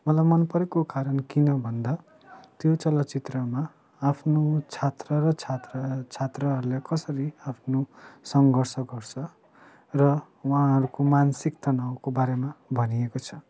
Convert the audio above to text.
मलाई मनपरेको कारण किन भन्दा त्यो चलचित्रमा आफ्नु छात्र र छात्रा छात्राहरूलाई कसरी आफ्नु सङ्घर्ष गर्छ र वहाँहरूको मानसिक तनावको बारेमा भनिएको छ